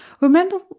Remember